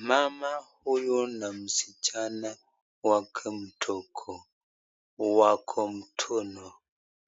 Mama huyu na msichana wako mtoni